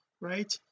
right